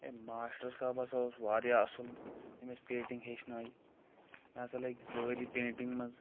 ہے master صٲب ہسا اوس واریاہ اصل ییٚمۍ أسۍ پینٹنٛگ ہیٚچھنٲے مےٚ ہسا لٔگۍ زٕ ؤری پینٹنٛگ منٛز